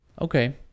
okay